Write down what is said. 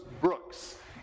Brooks